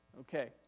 Okay